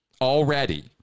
already